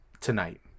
tonight